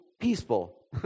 peaceful